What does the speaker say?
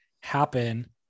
happen